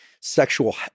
sexual